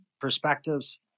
perspectives